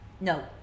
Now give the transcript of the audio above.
No